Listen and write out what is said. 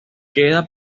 queda